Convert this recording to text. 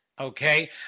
okay